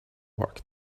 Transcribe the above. work